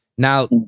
Now